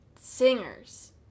singers